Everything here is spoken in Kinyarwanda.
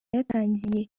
yatangiye